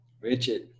Richard